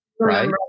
right